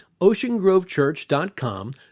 oceangrovechurch.com